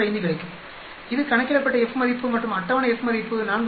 595 கிடைக்கும் இது கணக்கிடப்பட்ட F மதிப்பு மற்றும் அட்டவணை F மதிப்பு 4